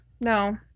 no